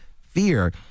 fear